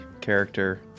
character